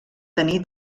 tenir